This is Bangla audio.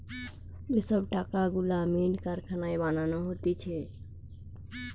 যে সব টাকা গুলা মিন্ট কারখানায় বানানো হতিছে